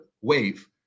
wave